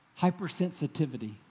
Hypersensitivity